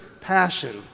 passion